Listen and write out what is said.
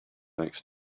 next